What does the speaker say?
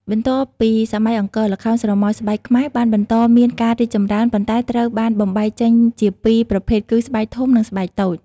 បន្ទាប់ពីសម័យអង្គរ ល្ខោនស្រមោលស្បែកខ្មែរបានបន្តមានការរីកចម្រើន ប៉ុន្តែត្រូវបានបំបែកចេញជាពីរប្រភេទគឺស្បែកធំនិងស្បែកតូច។